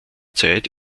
zeit